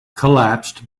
collapsed